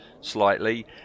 slightly